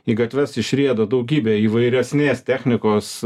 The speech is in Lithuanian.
į gatves išrieda daugybė įvairesnės technikos